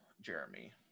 Jeremy